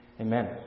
Amen